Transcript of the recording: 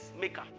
maker